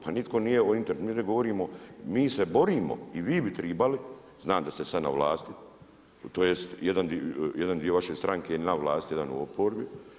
Pa nitko nije o internetu, mi ovdje govorimo, mi se borimo i vi bi tribali, znam da ste sad na vlasti, tj. jedan dio vaše stranke je na vlasti, jedan je u oporbi.